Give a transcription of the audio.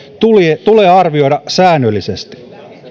tulee tulee arvioida säännöllisesti